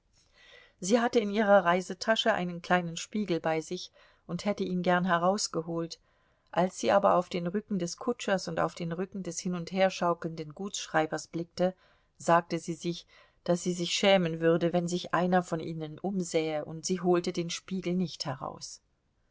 sie hatte in ihrer reisetasche einen kleinen spiegel bei sich und hätte ihn gern herausgeholt als sie aber auf den rücken des kutschers und auf den rücken des hin und her schaukelnden gutsschreibers blickte sagte sie sich daß sie sich schämen würde wenn sich einer von ihnen umsähe und sie holte den spiegel nicht heraus